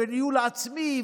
וניהול עצמי,